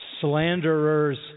slanderers